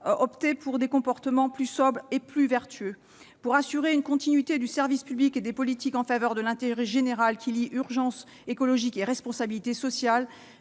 opter pour des comportements plus sobres et plus vertueux. Afin d'assurer une continuité du service public et des politiques en faveur de l'intérêt général qui lient urgence écologique et responsabilité sociale,